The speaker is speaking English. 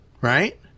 right